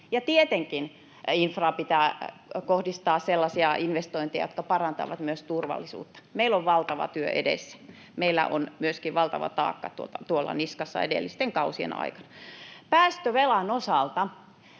tietenkin infraan pitää kohdistaa sellaisia investointeja, jotka parantavat myös turvallisuutta. Meillä on valtava työ edessä. Meillä on myöskin valtava taakka tuolla niskassa edellisten kausien jälkeen. Päästövelan osalta: